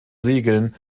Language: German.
segeln